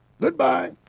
Goodbye